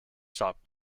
stopped